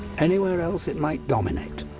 anywhere else, it might dominate.